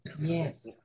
Yes